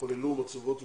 חוללו מצבות והושחתו.